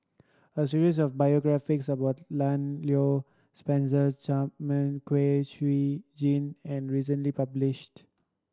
a series of biographies about Lan Loy Spencer Chapman Kwek Siew Jin and recently published